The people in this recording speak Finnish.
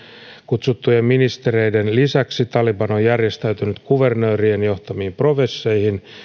kutsuttujen ministereiden lisäksi taliban on järjestäytynyt kuvernöörien johtamiin provinsseihin